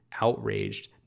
outraged